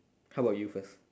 how about you first